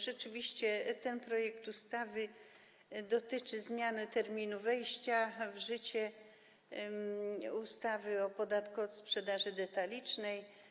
Rzeczywiście ten projekt ustawy dotyczy zmiany terminu wejścia w życie ustawy o podatku od sprzedaży detalicznej.